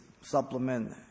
supplement